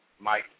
Mike